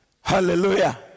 Hallelujah